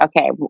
okay